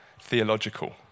theological